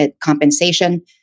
compensation